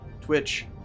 Twitch